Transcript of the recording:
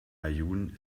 aaiún